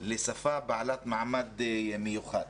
לשפה בעלת מעמד מיוחד.